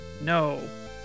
No